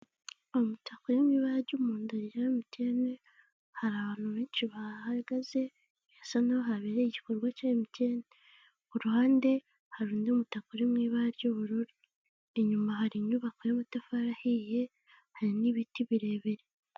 Umutaka urimwibara ryumuhondo rya MTN harabantubenshi bahagagaze birasankahohabereye igikorwa cya MTN iruhande Hari umutaka wubururu unyuma harinyubabako yamatafari ahiye Hari nibiti birebire